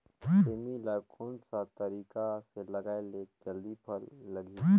सेमी ला कोन सा तरीका से लगाय ले जल्दी फल लगही?